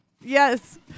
Yes